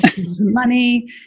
money